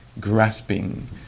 grasping